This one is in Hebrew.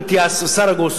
אנטיאס וסרגוס,